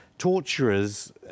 Torturers